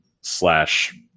slash